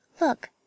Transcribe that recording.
Look